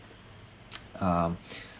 um